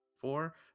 four